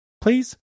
please